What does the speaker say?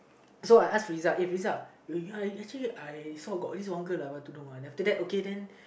so I ask FrizauhFriza you I actually I saw got this one girl uh wear one uh then after that okay then